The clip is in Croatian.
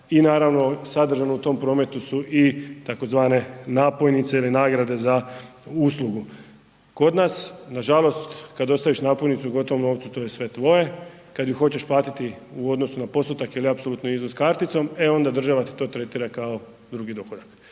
i naravno sadržano u tom prometu su tzv. napojnice ili nagrade za uslugu. Kod nas nažalost kada ostaviš napojnicu u gotovom novcu to je sve tvoje, kada ih hoćeš platiti u odnosu na postotak ili apsolutni iznos karticom, e onda država ti to tretira kao drugi dohodak